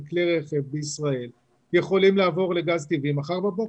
רכב בישראל יכולים לעבור לגז טבעי מחר בבוקר.